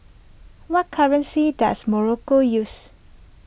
what currency does Morocco use